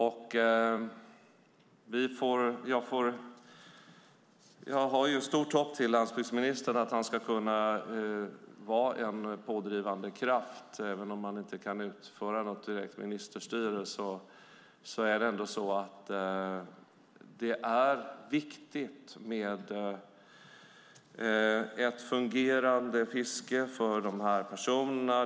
Jag har stort hopp om att landsbygdsministern ska kunna vara en pådrivande kraft. Även om han inte kan utöva något direkt ministerstyre är det viktigt med ett fungerande fiske för de här personerna.